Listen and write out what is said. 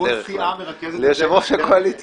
אז ליושב-ראש הקואליציה.